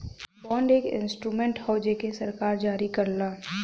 bond एक instrument हौ जेके सरकार जारी करला